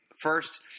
first